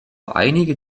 einige